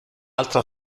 altra